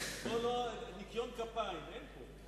ניקיון כפיים אין פה.